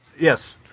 Yes